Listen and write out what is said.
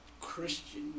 Christian